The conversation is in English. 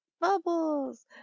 Bubbles